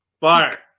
Fire